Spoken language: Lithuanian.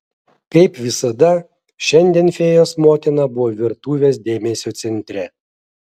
kaip visada šiandien fėjos motina buvo virtuvės dėmesio centre